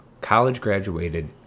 college-graduated